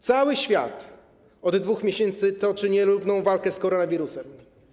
Cały świat od 2 miesięcy toczy nierówną walkę z koronawirusem.